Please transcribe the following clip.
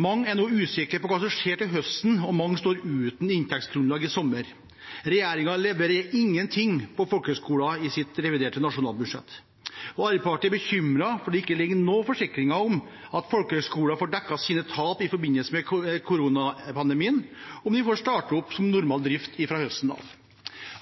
Mange er nå usikre på hva som skjer til høsten, og mange står uten inntektsgrunnlag i sommer. Regjeringen leverer ingenting på folkehøgskolene i sitt reviderte nasjonalbudsjett. Arbeiderpartiet er bekymret for at det ikke ligger noen forsikringer der om at folkehøgskolene får dekket sine tap i forbindelse med koronapandemien, eller om de får starte opp med normal drift fra høsten av.